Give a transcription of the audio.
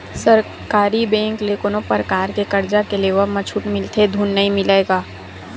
सरकारी बेंक ले कोनो परकार के करजा के लेवब म छूट मिलथे धून नइ मिलय गा?